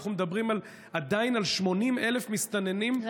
שאנחנו מדברים עדיין על 80,000 מסתננים שנמצאים?